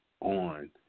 on